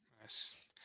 Nice